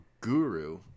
guru